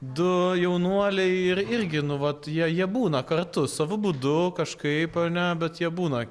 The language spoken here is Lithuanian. du jaunuoliai ir irgi nu vat jie jie būna kartu savu būdu kažkaip ar ne bet jie būna